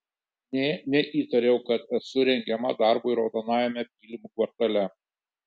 nė neįtariau kad esu rengiama darbui raudonajame pylimų kvartale